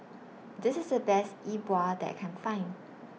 This IS The Best E Bua that I Can Find